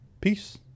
Peace